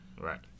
Right